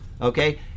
okay